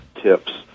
tips